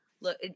look